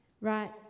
Right